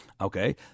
Okay